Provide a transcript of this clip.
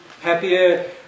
happier